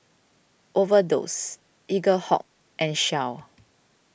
Overdose Eaglehawk and Shell